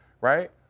right